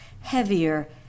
heavier